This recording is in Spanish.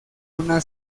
una